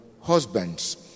husbands